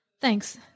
Thanks